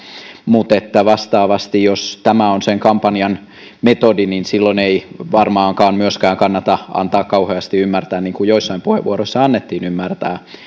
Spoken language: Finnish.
mutta vastaavasti jos tämä on sen kampanjan metodi niin silloin ei varmaankaan myöskään kannata antaa kauheasti ymmärtää niin kuin joissain puheenvuoroissa annettiin ymmärtää